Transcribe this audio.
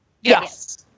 Yes